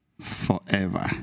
forever